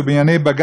אינם שטחים כבושים?